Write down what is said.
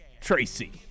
Tracy